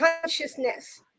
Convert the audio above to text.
consciousness